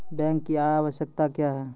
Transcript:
Bank की आवश्यकता क्या हैं?